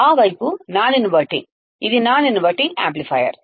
ఆ వైపు non inverting ఇది నాన్ ఇన్వర్టింగ్ యాంప్లిఫైయర్